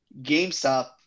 GameStop